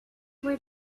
where